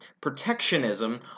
Protectionism